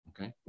okay